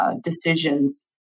decisions